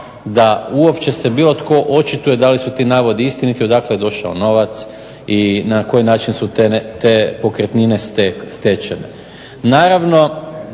da uopće se bilo tko očituje da li su ti navodi istiniti i odakle je došao novac i na koji način su te pokretnine stečene.